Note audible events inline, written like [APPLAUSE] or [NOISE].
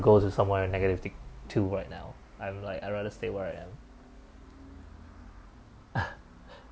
go to somewhere negative t~ two right now I'm like I rather stay where I am [LAUGHS]